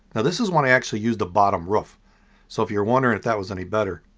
now this is one i actually used the bottom roof so if you're wondering if that was any better,